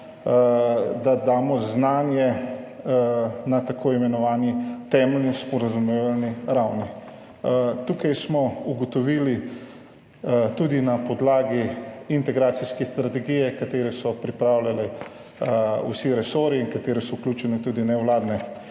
dati znanje na tako imenovano temeljno sporazumevalno raven. Tukaj smo ugotovili, tudi na podlagi integracijske strategije, ki so jo pripravljali vsi resorji in v katero so vključene tudi nevladne